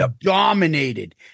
dominated